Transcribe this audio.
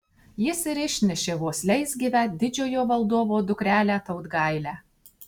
jis ir išnešė vos leisgyvę didžiojo valdovo dukrelę tautgailę